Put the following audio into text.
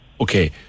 Okay